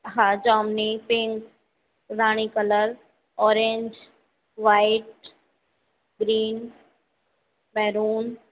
हा जामुनी पिंक राणी colour orange white green maroon